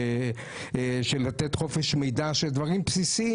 של לתת חופש מידע בדברים בסיסיים.